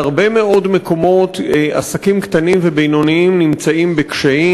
בהרבה מאוד מקומות עסקים קטנים ובינוניים נמצאים בקשיים.